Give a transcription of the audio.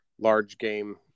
large-game